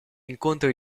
incontri